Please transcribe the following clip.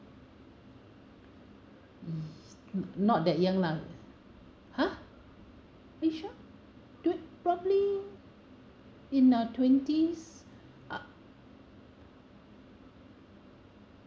ye~ not that young lah !huh! are you sure you'd probably in our twenties